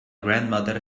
grandmother